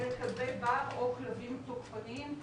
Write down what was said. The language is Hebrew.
אלה כלבי בר או כלבים תוקפניים,